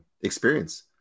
experience